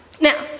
Now